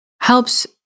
helps